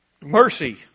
mercy